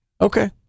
Okay